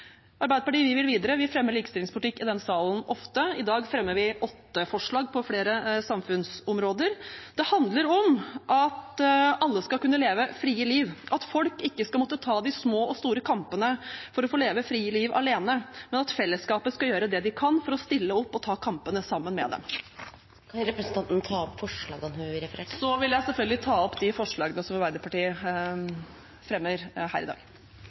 Arbeiderpartiet vil videre. Vi fremmer likestillingspolitikk i denne salen ofte. I dag fremmer vi åtte forslag på flere samfunnsområder. Det handler om at alle skal kunne leve et fritt liv, at folk ikke skal måtte ta de små og store kampene for å få leve et fritt liv alene, men at fellesskapet skal gjøre det de kan for å stille opp og ta kampene sammen med dem. Jeg vil ta opp de forslagene som Arbeiderpartiet fremmer her i dag. Representanten Anette Trettebergstuen har tatt opp de forslagene